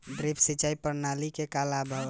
Drip सिंचाई प्रणाली के का लाभ ह?